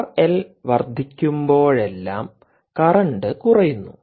R L വർദ്ധിക്കുമ്പോഴെല്ലാം current കുറയുന്നു